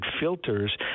filters